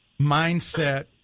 mindset